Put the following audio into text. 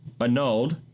annulled